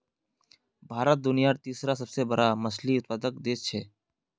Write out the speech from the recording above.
भारत दुनियार तीसरा सबसे बड़ा मछली उत्पादक देश छे